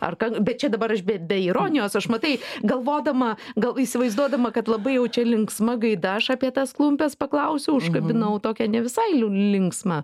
ar kad bet čia dabar aš be be ironijos aš matai galvodama gal įsivaizduodama kad labai jau čia linksma gaida aš apie tas klumpes paklausiau užkabinau tokią ne visai linksmą